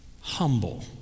humble